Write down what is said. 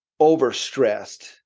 overstressed